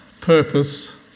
purpose